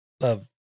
love